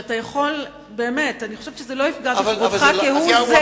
אני חושבת באמת שזה לא יפגע בכבודך כהוא-זה,